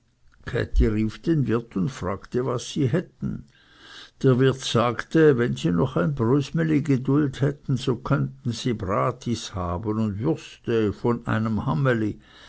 wirt und fragte was sie hätten der wirt sagte wenn sie noch ein brösmeli geduld hätten so könnten sie bratis haben und würste und von einem